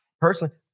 Personally